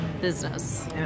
business